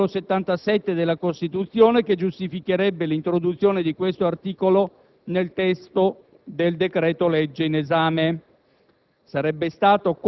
richiesto dall'articolo 77 della Costituzione, che giustificherebbe l'introduzione di questo articolo nel testo del decreto-legge in esame.